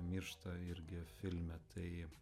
miršta irgi filme tai